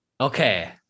Okay